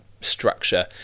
structure